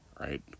right